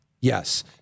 Yes